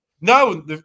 No